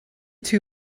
two